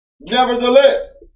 Nevertheless